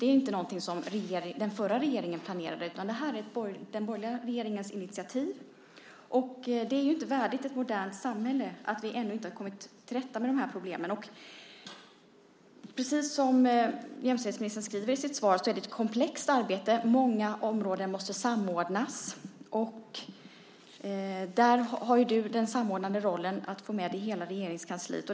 Det är inte något som den förra regeringen planerade, utan det är den borgerliga regeringens initiativ. Det är inte värdigt ett modernt samhälle att vi ännu inte kommit till rätta med dessa problem. Som jämställdhetsministern skriver i sitt svar är det ett komplext arbete. Många områden måste samordnas, och där har hon den samordnande rollen att få med sig hela Regeringskansliet.